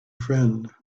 friend